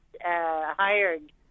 hired